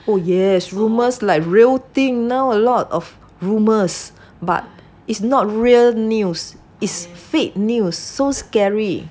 oh yes rumours like real thing now a lot of rumours but it's not real news it's fake news so scary